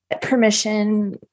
permission